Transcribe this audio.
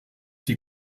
die